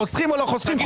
חוסכים או לא חוסכים?